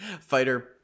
fighter